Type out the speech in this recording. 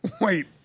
Wait